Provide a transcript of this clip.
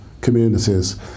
communities